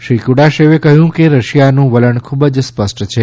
શ્રી કુડાશેવે કહ્યું કે રશિયાનું વલણ ખૂબ જ સ્પષ્ટ છે